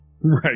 Right